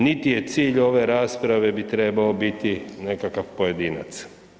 Niti je cilj ove rasprave bi trebao biti nekakav pojedinac.